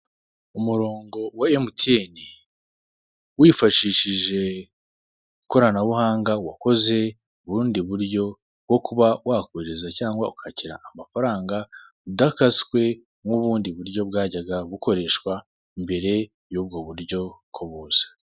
Umurongo wa MTN, wifashishije ikoranabuhanga, wakoze ubundi buryo bwo kuba wakohereza cyangwa ukwakira amafaranga udakaswe, nk'ubundi buryo bwajyaga bukoreshwa mbere y'ubwo buryo ko buza.